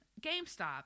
GameStop